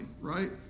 right